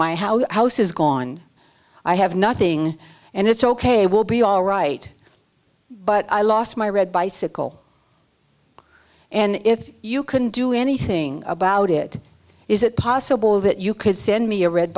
my house is gone i have nothing and it's ok will be all right but i lost my red bicycle and if you can do anything about it is it possible that you could send me a red